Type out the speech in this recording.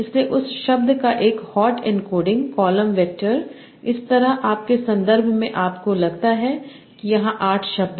इसलिए उस शब्द का एक हॉट एन्कोडिंग कॉलम वेक्टर इस तरह आपके संदर्भ में आपको लगता है कि यहाँ 8 शब्द हैं